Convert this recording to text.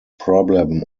problem